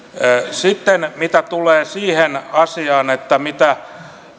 sitten mitä tulee siihen asiaan että